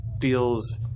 feels